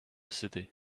city